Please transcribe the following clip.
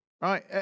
Right